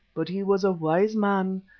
but he was a wise man,